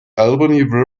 albany